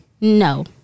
No